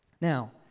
Now